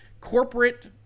corporate